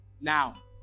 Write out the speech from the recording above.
now